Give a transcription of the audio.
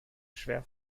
schwer